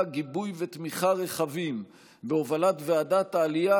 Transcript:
גיבוי ותמיכה רחבים בהובלת ועדת העלייה,